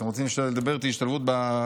אתם רוצים לדבר איתי על השתלבות בכלכלה,